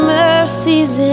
mercies